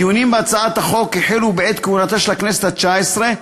הדיונים בהצעת החוק החלו בעת כהונתה של הכנסת התשע-עשרה.